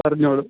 പറഞ്ഞോളു